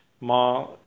Ma